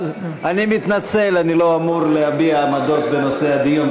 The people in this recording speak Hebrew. אני מתנצל, אני לא אמור להביע עמדות בנושא הדיון.